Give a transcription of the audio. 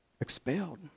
Expelled